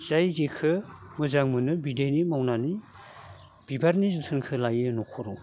जाय जेखो मोजां मोनो बिदिनो मावनानै बिबारनि जोथोनखो लायो न'खराव